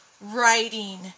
writing